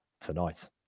tonight